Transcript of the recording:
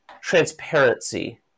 transparency